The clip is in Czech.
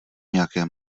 nějaké